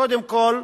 קודם כול,